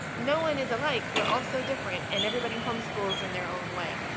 no one is alike. we're all so different and everybody home schools in their own way.